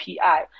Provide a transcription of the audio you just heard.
PI